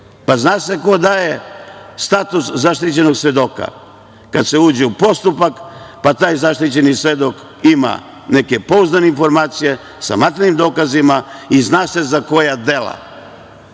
Zna se ko daje status zaštićenog svedoka. Kada se uđe u postupak, pa taj zaštićeni svedok ima neke pouzdane informacije sa materijalnim dokazima i zna se za koja dela. Nisam